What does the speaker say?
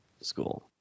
school